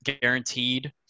guaranteed